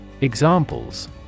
Examples